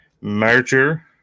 merger